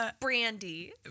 brandy